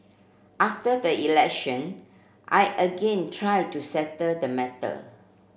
after the election I again tried to settle the matter